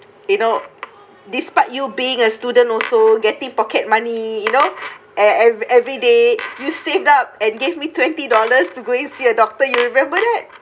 you know despite you being a student also getting pocket money you know at everyday you saved up and give me twenty dollars to go and see a doctor you remember that